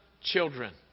Children